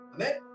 Amen